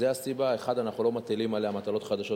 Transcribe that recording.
זו הסיבה: 1. אנחנו לא מטילים עליה מטלות חדשות,